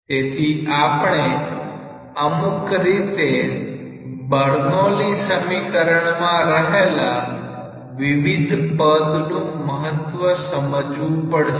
તેથી આપણે અમુક રીતે બર્નોલી સમીકરણમાં રહેલા વિવિધ પદ નું મહત્વ સમજવું પડશે